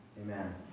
Amen